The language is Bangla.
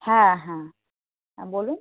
হ্যাঁ হ্যাঁ বলুন